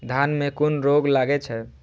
धान में कुन रोग लागे छै?